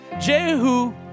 Jehu